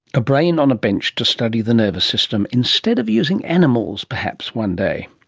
a brain on a bench to study the nervous system, instead of using animals perhaps one day.